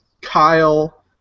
Kyle